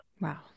Wow